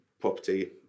property